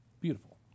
beautiful